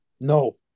No